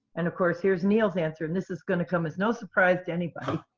and, of course, here's neil's answer, and this is going to come as no surprise to anybody.